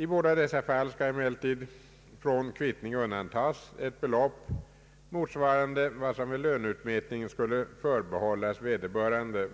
I båda dessa fall skall emellertid från kvittning undantas ett belopp motsvarande vad som vid löneutmätning skulle förbehållas vederbörande.